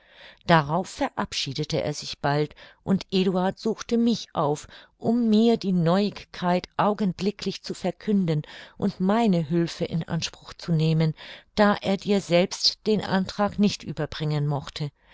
darauf verabschiedete er sich bald und eduard suchte mich auf um mir die neuigkeit augenblicklich zu verkünden und meine hülfe in anspruch zu nehmen da er dir selbst den antrag nicht überbringen mochte